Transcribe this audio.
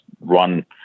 run